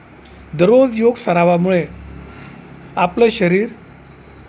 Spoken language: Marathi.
दररोज योग सरावामुळे आपलं शरीर